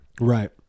Right